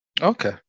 Okay